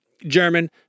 german